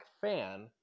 fan